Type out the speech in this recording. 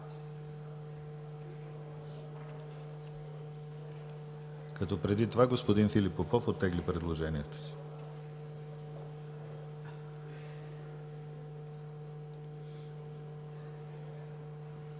Като преди това господин Филип Попов оттегли предложението си.